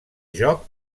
joc